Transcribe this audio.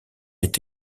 est